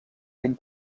ben